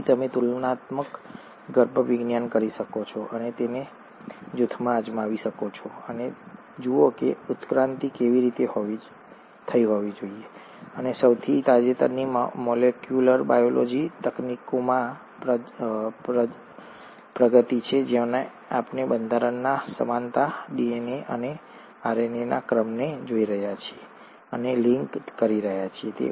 તેથી તમે તુલનાત્મક ગર્ભવિજ્ઞાન કરી શકો છો અને તેને જૂથમાં અજમાવી શકો છો અને જુઓ કે ઉત્ક્રાંતિ કેવી રીતે થઈ હોવી જોઈએ અને સૌથી તાજેતરની મોલેક્યુલર બાયોલોજી તકનીકોમાં પ્રગતિ છે જેમાં આપણે બંધારણમાં સમાનતા ડીએનએ અને આરએનએના ક્રમને જોઈ રહ્યા છીએ અને લિંક કરી રહ્યા છીએ